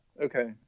Okay